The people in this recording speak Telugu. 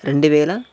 రెండువేల